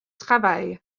travail